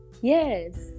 Yes